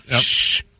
Shh